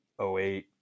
08